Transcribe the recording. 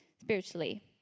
Spiritually